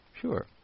Sure